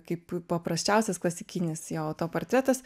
kaip paprasčiausias klasikinis jo autoportretas